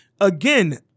again